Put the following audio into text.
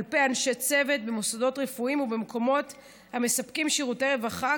כלפי אנשי צוות במוסדות רפואיים ובמקומות המספקים שירותי רווחה,